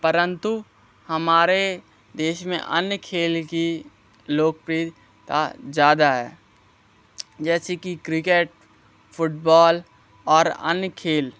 परंतु हमारे देश में अन्य खेल की लोकप्रियता ज़्यादा है जैसे कि क्रिकेट फ़ुटबॉल और अन्य खेल